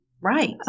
Right